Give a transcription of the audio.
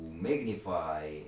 magnify